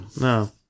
No